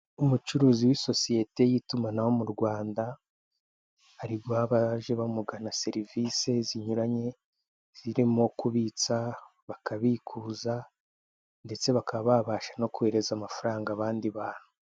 Umucuruzi w'isosiyete y'itumanaho mu Rwanda, ari guha abaje bamugana serivisi zinyuranye, zirimo kubitsa, bakabikuza ndetse bakaba babasha no koherereza amafaranga abandi bantu.